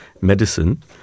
medicine